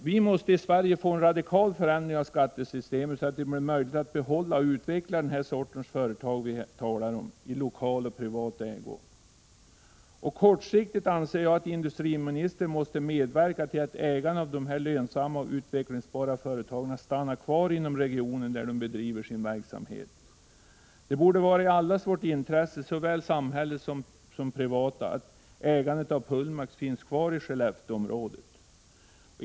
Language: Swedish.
Vi måste i Sverige få en radikal förändring av skattesystemet, så att det blir möjligt att behålla och utveckla den sorts företag vi här talar om i lokal och privat ägo. Jag anser att industriministern kortsiktigt måste medverka till att ägandet av de lönsamma och utvecklingsbara företagen stannar kvar inom de regioner där de bedriver sin verksamhet. Det borde vara i allas vårt intresse, såväl samhällets som det privatas, att ägandet av Pullmax finns kvar i Skellefteåområdet.